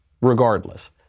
Regardless